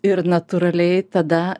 ir natūraliai tada